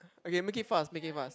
okay make it fast make it fast